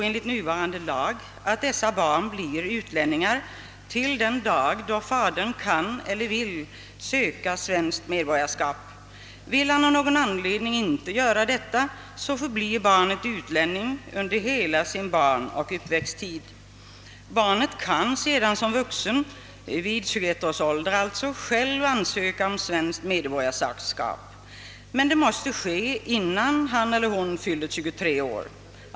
Enligt nuvarande lag blir dessa barn utlänningar till den dag då fadern kan eller vill söka svenskt medborgarskap. Vill han av någon anledning inte göra detta, förblir barnet utlänning under hela sin barnoch uppväxttid. Barnet kan sedan som vuxen, alltså vid 21 års ålder, själv ansöka om svenskt medborgarskap. Men det måste ske innan han eller hon fyllt 23 år.